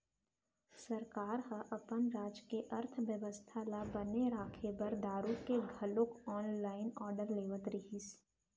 सरकार ह अपन राज के अर्थबेवस्था ल बने राखे बर दारु के घलोक ऑनलाइन आरडर लेवत रहिस